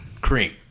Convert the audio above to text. Cream